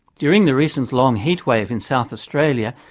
during the recent long heat wave in south australia,